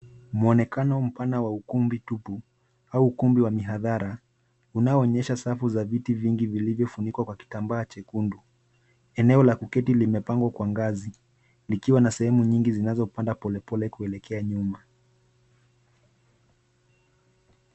Muonekano mpana wa ukumbi tupu au ukumbi wa mihadhara, unaoonyesha safu ya viti vingi vilivyofunikwa kwa kitambaa chekundu. Eneo la kuketi limepangwa kwa ngazi ,likiwa na sehemu nyingi zinazopanda polepole kuelekea nyuma.